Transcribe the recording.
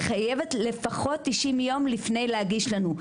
היא חייבת לפחות 90 ימים לפני להגיש לנו.